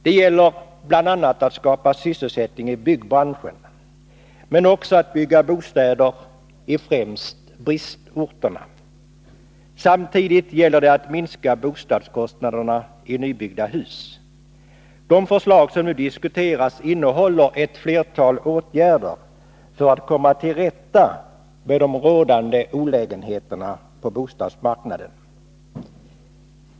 Det gäller bl.a. att skapa sysselsättning i byggbranschen, men även att bygga bostäder i främst bristorterna. Samtidigt gäller det att minska bostadskostnaderna i nybyggda hus. De förslag som nu diskuteras innehåller ett flertal åtgärder för att komma till rätta med de rådande olägenheterna på bostadsmarknaden.